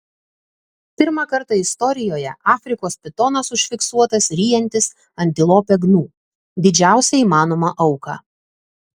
pirmą kartą istorijoje afrikos pitonas užfiksuotas ryjantis antilopę gnu didžiausią įmanomą auką